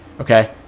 Okay